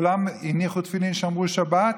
כולם הניחו תפילין ושמרו שבת,